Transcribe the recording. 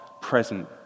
present